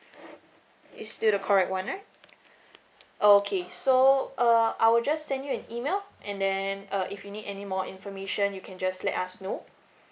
it's still the correct one right oh okay so uh I will just send you an email and then uh if you need any more information you can just let us know